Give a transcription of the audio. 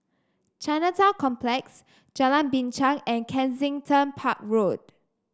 Chinatown Complex Jalan Binchang and Kensington Park Road